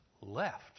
left